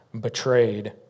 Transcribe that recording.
betrayed